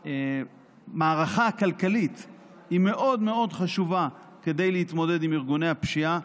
המערכה הכלכלית היא מאוד מאוד חשובה להתמודדות עם ארגוני הפשיעה,